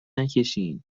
نکشینالان